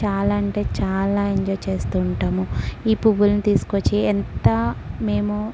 చాలా అంటే చాలా ఎంజాయ్ చేస్తూ ఉంటాము ఈ పువ్వుల్ని తీసుకొచ్చి ఎంత మేము